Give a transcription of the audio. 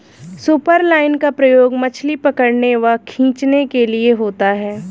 superline का प्रयोग मछली पकड़ने व खींचने के लिए होता है